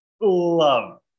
love